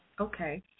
Okay